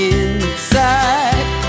inside